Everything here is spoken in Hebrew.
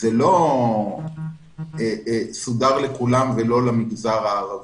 זה לא סודר לכולם ולא למגזר הערבי,